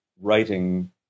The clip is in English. writing